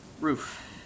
roof